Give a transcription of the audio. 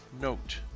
note